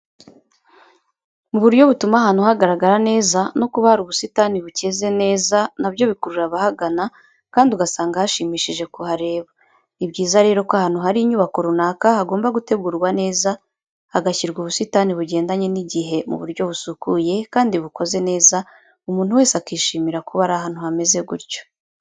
Mu buryo butuma ahantu hagaragara neza no kuba hari ubusitani bukeze neza na byo bikurura abahagana kandi ugasanga hashimishije kuhareba, ni byiza rero ko ahantu hari inyubako runaka hagomba gutegurwa neza hagashyirwa ubusitani bugendanye n'igihe mu buryo busukuye kandi bukoze neza umuntu wese akishimira kuba ari ahantu hameze gutyo.